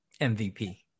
mvp